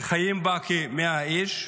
חיים בה כ-100 איש,